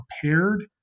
prepared